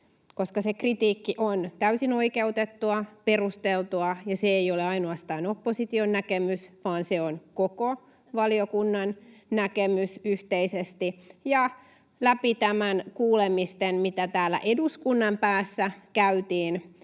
Koska se kritiikki on täysin oikeutettua, perusteltua, ja se ei ole ainoastaan opposition näkemys, vaan se on koko valiokunnan näkemys yhteisesti ja läpi niiden kuulemisten, mitä täällä eduskunnan päässä käytiin